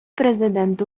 президент